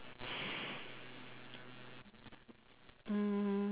mm